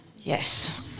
yes